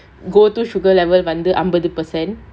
go to sugar level வந்து அம்பது:vanthu ambathu percent